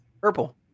Purple